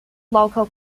local